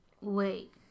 wait